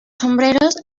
sombreros